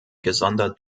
gesondert